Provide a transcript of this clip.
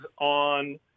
on